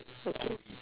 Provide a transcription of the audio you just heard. okay